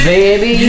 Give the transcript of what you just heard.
Baby